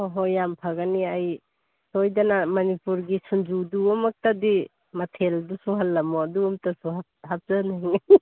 ꯍꯣꯏ ꯍꯣꯏ ꯌꯥꯝ ꯐꯒꯅꯤ ꯑꯩ ꯁꯣꯏꯗꯅ ꯃꯅꯤꯄꯨꯔꯒꯤ ꯁꯤꯡꯖꯨꯗꯨꯃꯛꯇꯗꯤ ꯃꯊꯦꯜꯗꯨ ꯁꯨꯍꯜꯂꯝꯃꯣ ꯑꯗꯨ ꯑꯃꯇꯁꯨ ꯍꯥꯞꯆꯅꯤꯡꯏ